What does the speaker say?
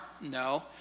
No